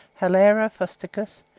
hilaro frosticos,